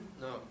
No